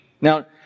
Now